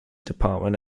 department